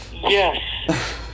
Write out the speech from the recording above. yes